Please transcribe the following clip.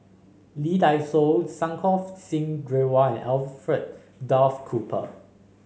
Lee Dai Soh Santokh Singh Grewal and Alfred Duff Cooper